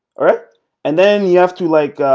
alright and then you have to like uhh.